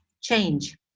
change